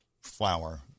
flower